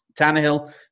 Tannehill